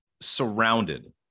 surrounded